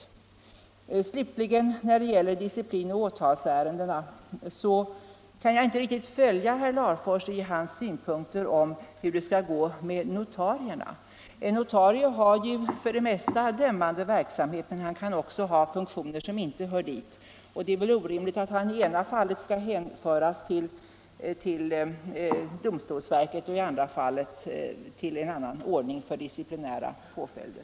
Vad slutligen gäller disciplinoch åtalsärendena måste jag säga att jag inte riktigt kan följa herr Larfors i hans synpunkter om hur det skall gå med notarierna. En notarie har ju ofta dömande verksamhet, men han kan också ha funktioner av annan art. Det är väl orimligt att han i ena fallet skall hänföras till domstolsverket och i andra fallet till en annan instans för disciplinära påföljder.